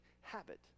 habit